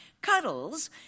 Cuddles